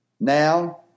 Now